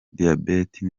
diyabete